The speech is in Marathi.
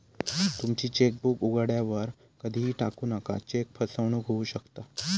तुमची चेकबुक उघड्यावर कधीही टाकू नका, चेक फसवणूक होऊ शकता